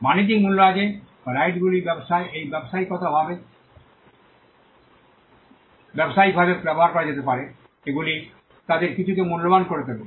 বাণিজ্যিক মূল্য আছে বা এই রাইটসগুলি ব্যবসায় এবং ব্যবসায়িকভাবে ব্যবহার করা যেতে পারে এগুলি তাদের কিছুকে মূল্যবান করে তোলে